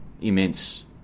immense